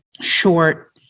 short